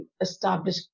establish